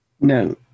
No